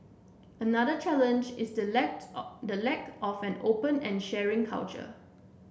another challenge is the lack to out the lack of an open and sharing culture